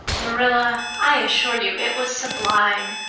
marilla, i assure you it was sublime.